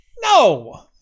No